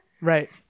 right